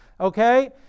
okay